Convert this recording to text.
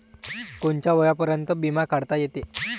कोनच्या वयापर्यंत बिमा काढता येते?